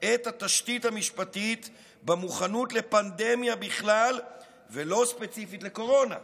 את התשתית המשפטית במוכנות לפנדמיה בכלל ולא ספציפית לקורונה.